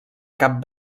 cap